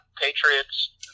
Patriots